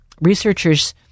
Researchers